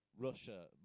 Russia